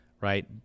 right